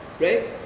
right